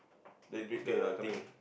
then read the thing